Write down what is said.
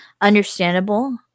understandable